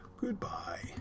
Goodbye